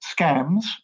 scams